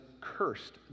cursed